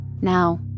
Now